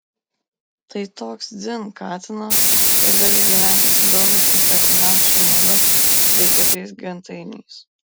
tai toks dzin katinas kad gali gyventi su draugišku katinams šuneliu bei kitais gentainiais